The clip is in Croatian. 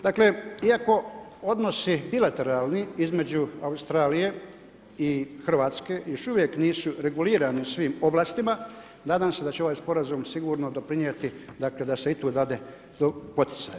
Dakle, iako odnosi, bilateralni između Australije i Hrvatske, još uvijek nisu regulirani svim ovlastima, nadam se da će ovaj sporazum sigurno doprinijeti dakle, da se i tu dade poticaj.